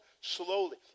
slowly